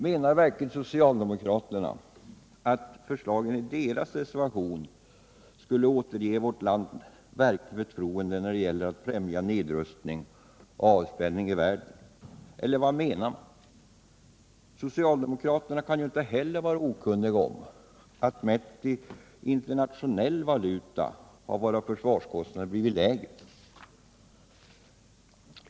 Menar verkligen socialdemokraterna att förslagen i deras reservation skulle återge vårt land verkligt förtroende när det gäller att främja nedrustning och avspänning i världen? Eller vad menar man? Socialdemokraterna kan inte heller vara okunniga om att mätt i internationell valuta har våra försvarskostnader blivit lägre.